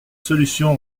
solution